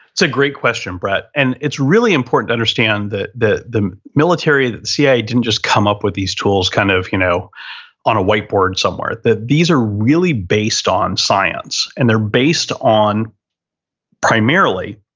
it's a great question, brett. and it's really important to understand that the, the military, that the cia didn't just come up with these tools kind of you know on a whiteboard somewhere that these are really based on science and they're based on primarily